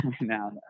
now